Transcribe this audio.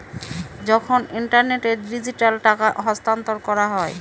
যখন ইন্টারনেটে ডিজিটালি টাকা স্থানান্তর করা হয়